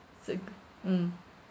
so good mm